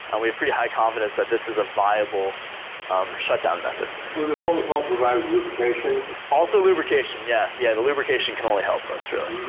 and we have very high confidence that this is a viable um shutdown method. will the molten salt provide lubrication? also lubrication, yeah, yeah the lubrication can only help us really.